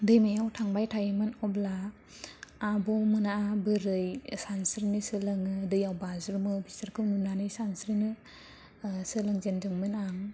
दैमायाव थांबाय थायोमोन अब्ला आब'मोना बोरै सानस्रिनो सोलोङो दैयाव बाज्रुमो बिसोरखौ नुनानै सानस्रिनो सोलोंजेनदोंमोन आं